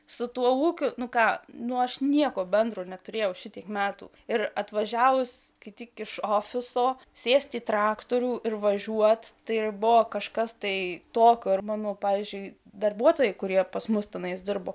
su tuo ūkiu nu ka nu aš nieko bendro neturėjau šitiek metų ir atvažiavus kai tik iš ofiso sėsti į traktorių ir važiuoti tai buvo kažkas tai tokio ir mano pavyzdžiui darbuotojai kurie pas mus tunais dirbo